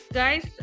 guys